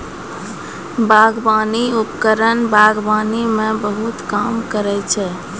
बागबानी उपकरण बागबानी म बहुत काम करै छै?